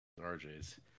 RJ's